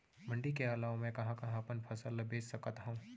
मण्डी के अलावा मैं कहाँ कहाँ अपन फसल ला बेच सकत हँव?